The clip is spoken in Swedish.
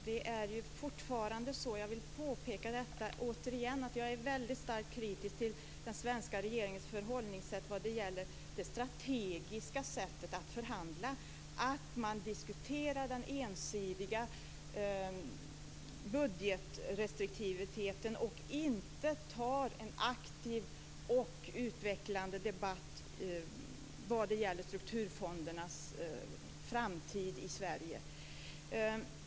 Herr talman! Jag vill åter påpeka att jag är väldigt starkt kritisk till den svenska regeringens förhållningssätt vad gäller det strategiska sättet att förhandla, att man ensidigt diskuterar budgetrestriktiviteten och inte tar en aktiv och utvecklande debatt vad gäller strukturfondernas framtid i Sverige.